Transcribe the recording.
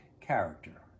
character